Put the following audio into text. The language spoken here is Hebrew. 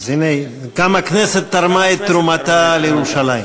אז הנה, גם הכנסת תרמה את תרומתה לירושלים.